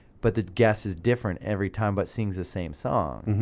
but the guest is different every time, but sings the same song.